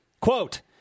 Quote